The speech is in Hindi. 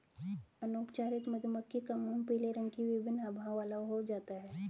अनुपचारित मधुमक्खी का मोम पीले रंग की विभिन्न आभाओं वाला हो जाता है